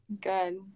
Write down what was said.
Good